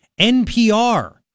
NPR